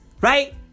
Right